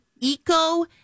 eco